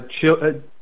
children